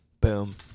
Boom